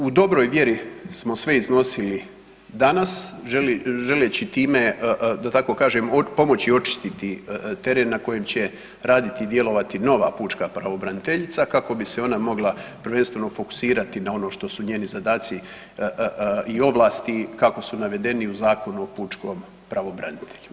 U dobroj vjeri smo sve iznosili danas želeći time da tako kažem pomoći očistiti teren na kojem će raditi i djelovati nova pučka pravobraniteljica kako bi se ona mogla prvenstveno fokusirati na ono što su njeni zadaci i ovlasti kako su navedeni u Zakonu o pučkom pravobranitelju.